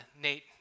Nate